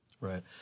Right